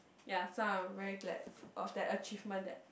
ya so I am very glad it was that achievement that